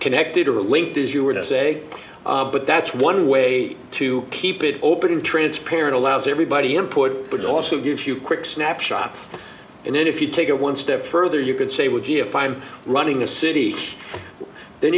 connected or linked as you were to say but that's one way to keep it open transparent allows everybody input but it also gives you quick snapshots and then if you take it one step further you can say well gee if i'm running a city then